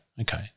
okay